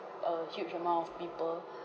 a huge amount of people